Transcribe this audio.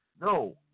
No